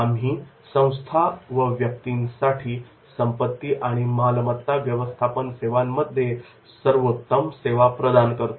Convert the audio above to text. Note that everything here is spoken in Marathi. आम्ही संस्था व व्यक्तींसाठी संपत्ती आणि मालमत्ता व्यवस्थापन सेवांमध्ये सर्वोत्तम सेवा प्रदान करतो